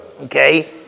okay